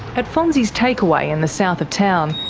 at fonzie's take away, in the south of town,